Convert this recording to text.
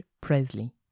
Presley